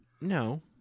No